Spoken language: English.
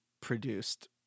produced